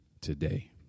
today